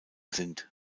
sind